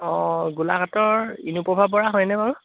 অঁ গোলাঘাটৰ ইনুপ্ৰভা বৰা হয়নে বাৰু